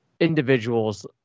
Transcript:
individuals